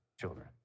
children